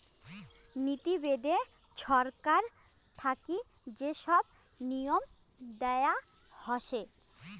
নীতি বেদে ছরকার থাকি যে সব নিয়ম দেয়া হসে